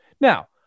Now